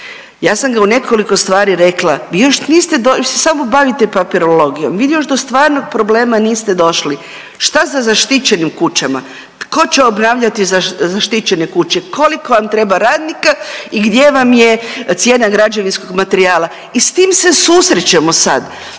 ja sam ga u nekoliko stvari rekla, vi još niste, .../nerazumljivo/... samo bavite papirologijom, vi još do stvarnih problema niste došli. Šta sa zaštićenim kućama? Tko će obnavljati zaštićene kuće? Koliko vam treba radnike i gdje vam je cijena građevinskog materijala? I s tim se susrećemo sad,